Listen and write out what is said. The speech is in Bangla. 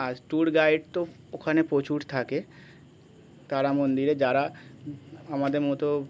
আর ট্যুর গাইড তো ওখানে প্রচুর থাকে তারা মন্দিরে যারা আমাদের মতো